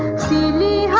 see me